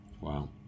Wow